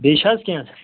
بیٚیہِ چھٔ حظ کیٚنٛہہ